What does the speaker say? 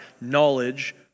knowledge